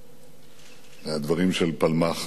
מהדברים של פלמח.